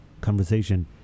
conversation